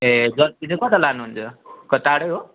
ए जन्ती चाहिँ कता लानुहुन्छ क टाढै हो